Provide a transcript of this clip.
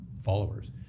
followers